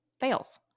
fails